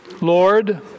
Lord